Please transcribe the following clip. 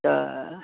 तऽ